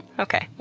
okay,